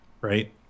right